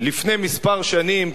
לפני כמה שנים,